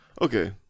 Okay